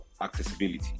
accessibility